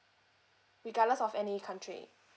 regardless of any country